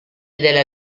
della